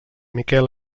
miquel